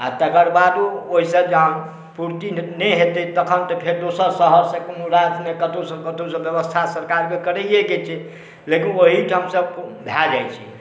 आओर तकर बादो ओहिसँ जहन पूर्ति नहि हेतै तखन तऽ फेर दोसर शहरसँ कोनो राय नहि कतहु ने कतहुसँ बेबस्था सरकारके तऽ करैएके छै लेकिन ओहिठामसँ भऽ जाइ छै